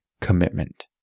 commitment